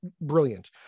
brilliant